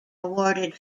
awarded